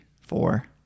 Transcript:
four